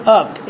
up